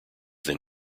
then